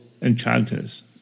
Enchanters